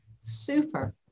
super